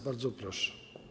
Bardzo proszę.